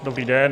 Dobrý den.